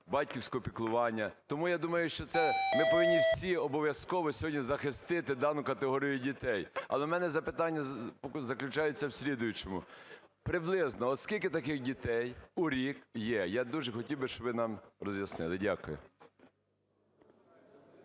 батьківського піклування. Тому я думаю, що це ми повинні всі обов'язково сьогодні захистити дану категорію дітей. Але в мене запитання заключається в слідуючому. Приблизно от скільки таких дітей у рік є? Я дуже хотів би, щоб ви нам роз'яснили. Дякую.